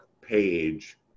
page